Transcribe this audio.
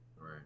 right